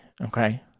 okay